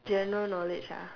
general knowledge ah